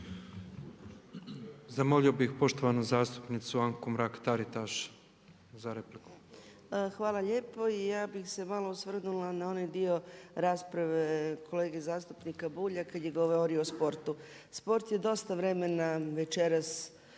Zamolio bih poštovanu zastupnicu Anku Mrak Taritaš za repliku. **Mrak-Taritaš, Anka (HNS)** Hvala lijepo. Ja bih se malo osvrnula na onaj dio rasprave kolege zastupnika Bulja kada je govorio o sportu. Sport je dosta vremena večeras